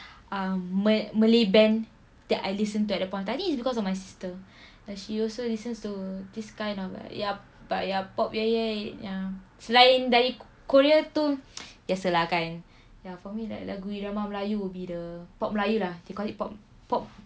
ah ma~ malay band that I listen to at that point of time I think it's because of my sister like she also listens to this kind of like ya but ya pop yeh yeh ya it's like in dari korea tu biasa lah kan ya for me like lagu irama melayu would be the pop melayu lah they call it pop pop